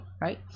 right